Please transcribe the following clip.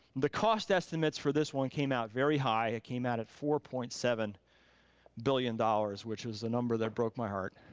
the cost estimates for this one came out very high. it came out at four point seven billion dollars, which was the number that broke my heart.